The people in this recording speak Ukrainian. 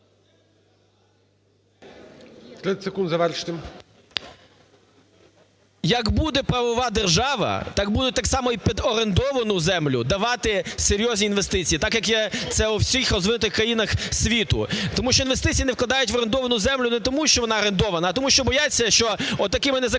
Як буде правова держава, так будуть так само і під орендовану землю давати серйозні інвестиції, так як є це у всіх розвинутих країнах світу. Тому що інвестиції не вкладають в орендовану землю не тому, що вона орендована, а тому, що бояться, що отакими незаконними